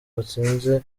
batsinze